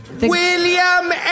William